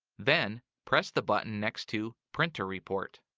then, press the button next to printer report.